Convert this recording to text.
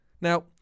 Now